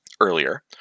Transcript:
earlier